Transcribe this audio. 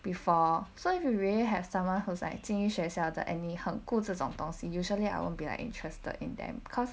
before so if you really have someone who's like 精英学校的 and 你很顾这种东西 usually I won't be like interested in them cause